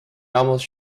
almost